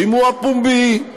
שימוע פומבי,